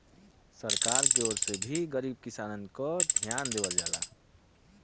सरकार के ओर से भी गरीब किसानन के धियान देवल जाला